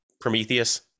Prometheus